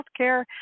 healthcare